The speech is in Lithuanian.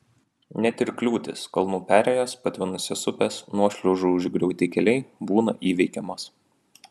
net ir kliūtys kalnų perėjos patvinusios upės nuošliaužų užgriūti keliai būna įveikiamos